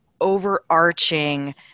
overarching